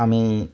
আমি